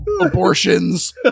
abortions